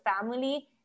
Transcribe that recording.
family